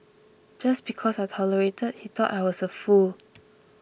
just because I tolerated he thought I was a fool